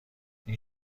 این